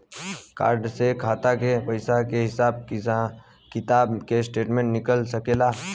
Card से खाता के पइसा के हिसाब किताब के स्टेटमेंट निकल सकेलऽ?